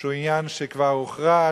שהוא עניין שכבר הוכרע,